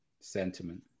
sentiment